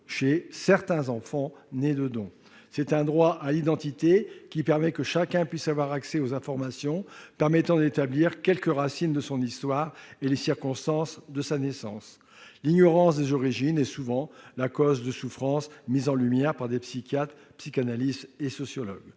chez certains enfants nés d'un don. C'est donc un droit à l'identité, qui permet que chacun puisse avoir un accès aux informations permettant d'établir quelques racines de son histoire et les circonstances de sa naissance. L'ignorance des origines est souvent une cause de souffrances mise en lumière par des psychiatres, des psychanalystes et des sociologues.